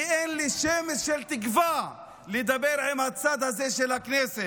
כי אין לי שמץ של תקווה לדבר עם הצד הזה של הכנסת,